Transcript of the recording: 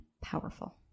powerful